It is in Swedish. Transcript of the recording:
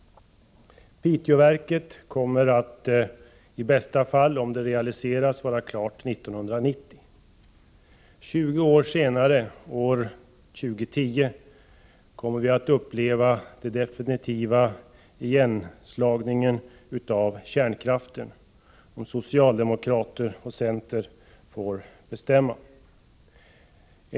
Piteåverket kommer i bästa fall — om det realiseras — att vara klart 1990. 20 år senare, år 2010, kommer vi att uppleva den definitiva avvecklingen av kärnkraften, om socialdemokraterna och centern får bestämma.